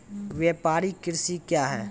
व्यापारिक कृषि क्या हैं?